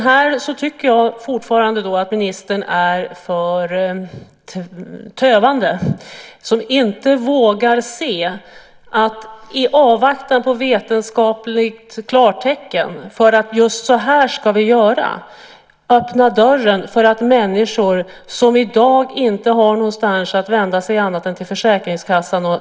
Här tycker jag fortfarande att ministern är för tövande som inte vågar se att vi i avvaktan på vetenskapliga klartecken borde öppna dörren för specialkliniker för att hjälpa de människor som i dag inte har någon annanstans att vända sig än till försäkringskassan.